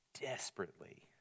desperately